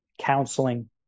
counseling